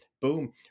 boom